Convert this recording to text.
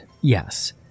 yes